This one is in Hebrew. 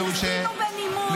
ניסינו בנימוס.